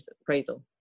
appraisal